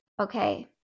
okay